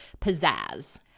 pizzazz